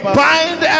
bind